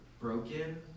broken